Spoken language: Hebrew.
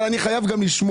אבל אני חייב גם לשמוע,